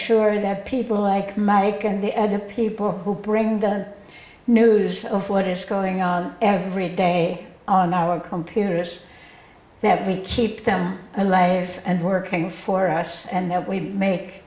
sure that people like mike and the other people who bring the news of what is going on every day on our computers that we keep them alive and working for us and that we make